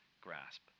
grasp